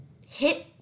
hit